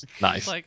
nice